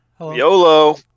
YOLO